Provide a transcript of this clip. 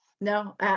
No